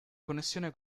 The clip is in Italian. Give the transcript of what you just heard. connessione